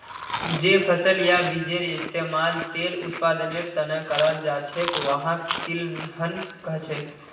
जे फसल या बीजेर इस्तमाल तेल उत्पादनेर त न कराल जा छेक वहाक तिलहन कह छेक